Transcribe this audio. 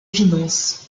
finances